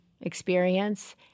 experience